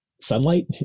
sunlight